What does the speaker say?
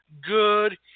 good